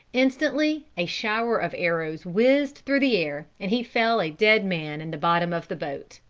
instantly a shower of arrows whizzed through the air, and he fell a dead man in the bottom of the boat.